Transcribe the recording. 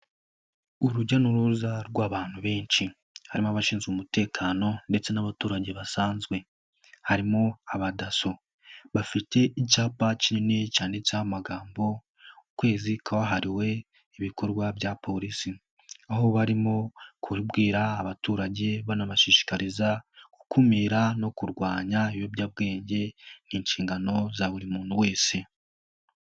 Urujya n'uruza rw'abantu benshi, harimo abashinzwe umutekano ndetse n'abaturage basanzwe, harimo aba dasso, bafite icyapa kinini cyanditseho amagambo, ukwezi kwahariwe ibikorwa bya Polisi, aho barimo kubwira abaturage banabashishikariza gukumira no kurwanya ibiyobyabwenge, ni inshingano za buri muntu wese.